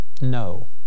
No